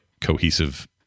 cohesive